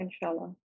Inshallah